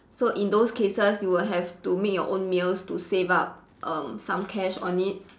so in those cases you will have to make your own meals to save up um some cash on it